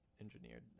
engineered